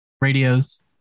radios